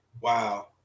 Wow